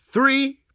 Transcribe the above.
three